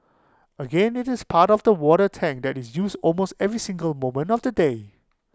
again IT is part of the water tank that is used almost every single moment of the day